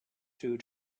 two